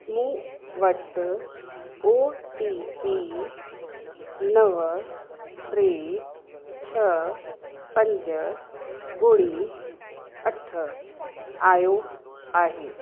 मूं वटि O T P नव टे छह पंज ॿुड़ी अठ आहियो आहे